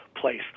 place